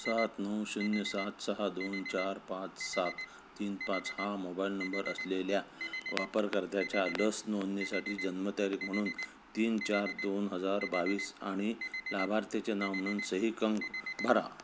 सात नऊ शून्य सात सहा दोन चार पाच सात तीन पाच हा मोबाईल नंबर असलेल्या वापरकर्त्याच्या लस नोंदणीसाठी जन्मतारीख म्हणून तीन चार दोन हजार बावीस आणि लाभार्थ्याचे नाव म्हणून सई कंक भरा